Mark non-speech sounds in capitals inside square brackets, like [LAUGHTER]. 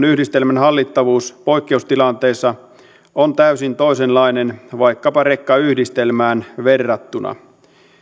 [UNINTELLIGIBLE] yhdistelmän hallittavuus poikkeustilanteessa on täysin toisenlainen vaikkapa rekkayhdistelmään verrattuna